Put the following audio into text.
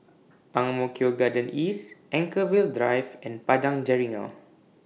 Ang Mo Kio Town Garden East Anchorvale Drive and Padang Jeringau